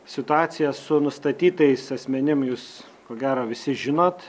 situaciją su nustatytais asmenim jūs ko gero visi žinot